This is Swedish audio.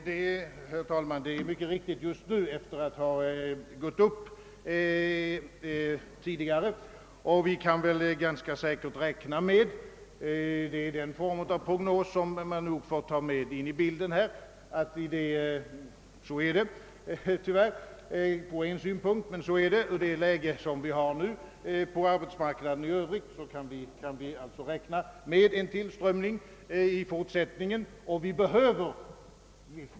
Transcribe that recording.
Herr talman! Det är riktigt just nu, efter det att antalet studerande tidigare har stigit. Men med det läge, som vi för närvarande tyvärr har på arbetsmarknaden, kan vi säkert räkna med en ökad tillströmning i fortsättningen.